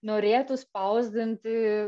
norėtų spausdinti